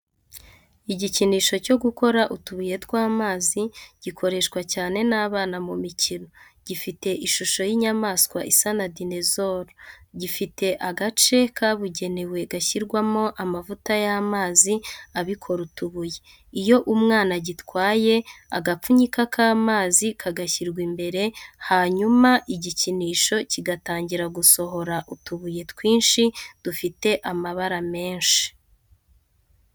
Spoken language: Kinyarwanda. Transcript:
Igikinisho cyo gukora utubuye tw'amazi gikoreshwa cyane n'abana mu mikino. Gifite ishusho y'inyamaswa isa na dinezoro, gifite agace kabugenewe gashyirwamo amavuta y’amazi abikora utubuye. Iyo umwana agitwaye, agapfunyika k’amazi kagashyirwa imbere, hanyuma igikinisho kigatangira gusohora utubuye twinshi dufite amabara menshi.